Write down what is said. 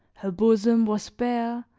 her bosom was bare,